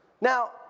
Now